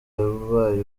yabaye